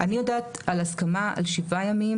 אני יודעת על הסכמה של שבעה ימים,